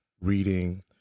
reading